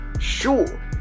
Sure